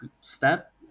step